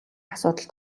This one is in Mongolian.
асуудал